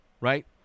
Right